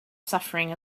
suffering